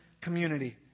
community